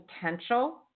potential